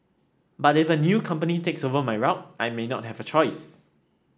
but if a new company takes over my route I may not have a choice